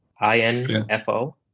I-N-F-O